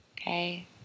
Okay